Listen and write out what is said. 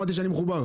אמרתי שאני מחובר.